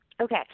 Okay